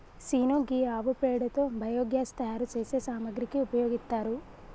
scene గీ ఆవు పేడతో బయోగ్యాస్ తయారు సేసే సామాగ్రికి ఉపయోగిత్తారు